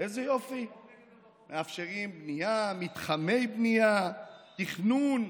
איזה יופי, מאפשרים בנייה, מתחמי בנייה, תכנון,